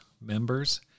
members